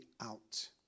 out